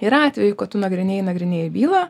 yra atvejų kad tu nagrinėji nagrinėji bylą